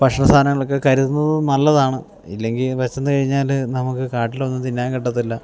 ഭക്ഷണ സാനങ്ങളൊക്കെ കരുതുന്നതും നല്ലതാണ് ഇല്ലെങ്കിൽ വിശന്ന് കഴിഞ്ഞാൽ നമുക്ക് കാട്ടിലൊന്നും തിന്നാൻ കിട്ടത്തില്ല